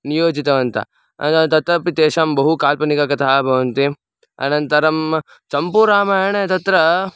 नियोजितवन्तः तत्रापि तेषां बहु काल्पनिककथाः भवन्ति अनन्तरं चम्पूरामायणे तत्र